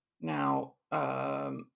Now